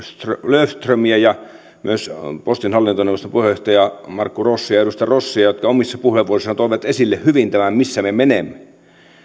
löfströmiä ja myös postin hallintoneuvoston puheenjohtajaa edustaja markku rossia jotka omissa puheenvuoroissaan toivat esille hyvin tämän missä me menemme